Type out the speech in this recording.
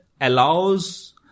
allows